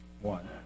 one